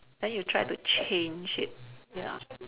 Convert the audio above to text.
then you try to change it ya